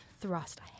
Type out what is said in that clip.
Thrust